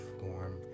warm